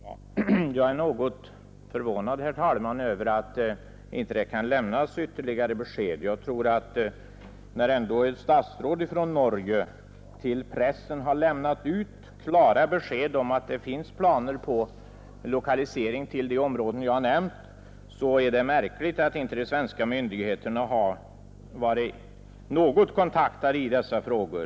Herr talman! Jag är något förvånad över att inte något ytterligare besked kan lämnas. När ett statsråd i Norge till pressen har lämnat ut klara besked om att det finns planer på lokalisering till de områden jag nämnt, är det märkligt att inte de svenska myndigheterna haft någon kontakt i dessa frågor.